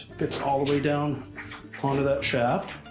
fits all the way down onto that shaft.